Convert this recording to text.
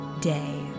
day